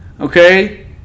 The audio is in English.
okay